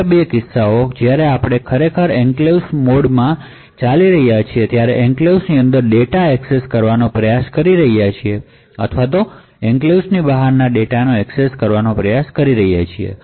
અન્ય બે કિસ્સાઓ જ્યારે તમે એન્ક્લેવ્સ મોડમાં હોવ અને તમે એન્ક્લેવ્સ ની અંદર ડેટા એક્સેસ કરવાનો પ્રયાસ કરી રહ્યાં છો અથવા એન્ક્લેવ્સ ની બહારના ડેટાને એક્સેસ કરવાનો પ્રયાસ કરી રહ્યાં છો